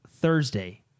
Thursday